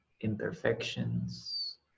imperfections